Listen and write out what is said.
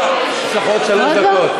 יש לך עוד שלוש דקות.